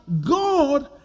God